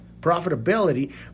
profitability